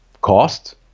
Cost